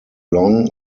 long